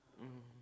mm